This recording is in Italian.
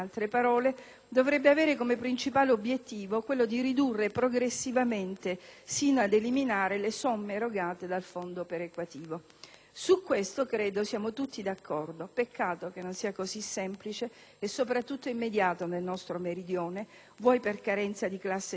dovrebbe avere come principale obiettivo quello di ridurre progressivamente, sino ad eliminare, le somme erogate dal fondo perequativo. Su questo credo siamo tutti d'accordo; peccato che non sia così semplice e soprattutto immediato nel nostro Meridione, vuoi per carenza di classe dirigente,